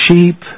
sheep